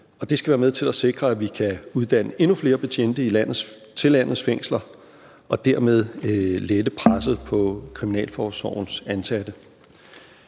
Det skal være med til at sikre, at vi kan uddanne endnu flere betjente til landets fængsler og dermed lette presset på kriminalforsorgens ansatte.